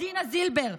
דינה זילבר,